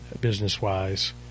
business-wise